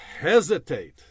hesitate